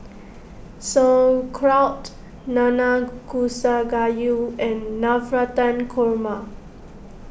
Sauerkraut Nanakusa Gayu and Navratan Korma